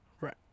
Right